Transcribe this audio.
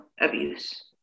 abuse